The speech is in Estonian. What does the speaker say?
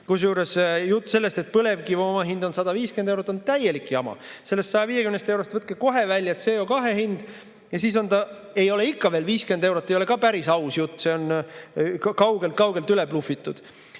Kusjuures jutt sellest, et põlevkivi omahind on 150 eurot, on täielik jama. Sellest 150 eurost võtke kohe välja CO2hind ja siis ei ole ikka veel 50 eurot, see ei ole ka päris aus jutt, see on kaugelt-kaugelt üleblufitud.